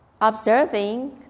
observing